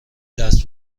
درس